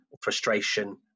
frustration